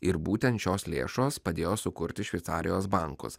ir būtent šios lėšos padėjo sukurti šveicarijos bankus